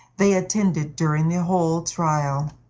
they attended during the whole trial.